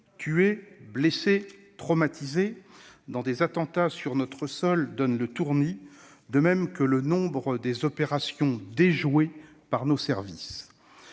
tués, blessés, traumatisés -dans des attentats commis sur notre sol donne le tournis, de même que le nombre d'opérations déjouées par nos services.